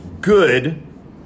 good